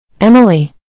Emily